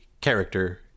character